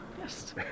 Yes